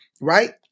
right